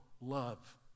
love